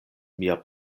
mia